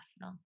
personal